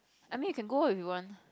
I mean you can go if you want